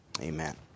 Amen